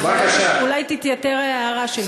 אולי תתייתר ההערה שלי.